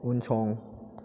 उनसं